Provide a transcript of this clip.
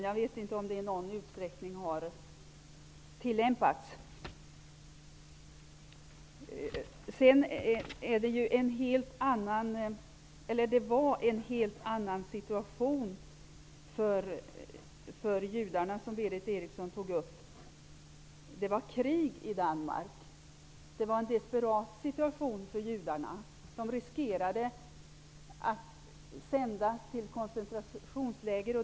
Jag vet inte om dessa regler har tillämpats i någon utsträckning. Judarna, som Berith Eriksson talade om, befann sig i en helt annan situation. Det var krig i Danmark. Judarna befann sig i en desperat situation. De riskerade att sändas till koncentrationsläger.